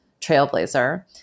trailblazer